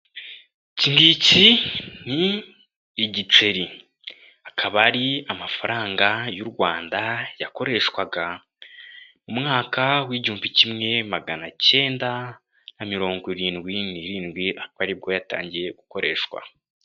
Iki ngiki ni igiceri, akaba ari amafaranga y'u Rwanda yakoreshwaga mu mwaka w'igihumbi kimwe magana cyenda na mirongo irindwi n'irindwi, akaba aribwo yatangiye gukoreshwa.